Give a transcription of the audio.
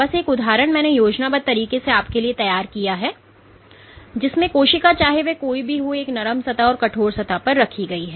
बस एक उदाहरण मैंने योजनाबद्ध तरीके से आपके लिए तैयार किया है जिसमें कोशिका चाहे वह कोई भी हो एक नरम सतह पर और कठोर सतह पर रखी गई है